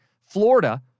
Florida